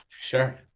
Sure